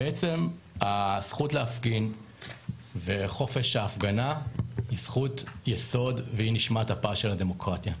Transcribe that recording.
הזכות להפגין וחופש ההפגנה היא זכות יסוד והיא נשמת אפה של הדמוקרטיה.